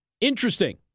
Interesting